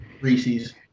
Reese's